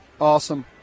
Awesome